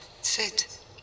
sit